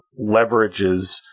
leverages